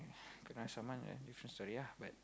kena summon then different story ah but